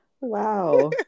Wow